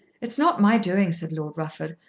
it's not my doing, said lord rufford.